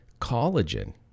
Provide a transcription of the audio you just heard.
Collagen